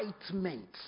excitement